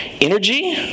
energy